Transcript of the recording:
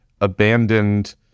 abandoned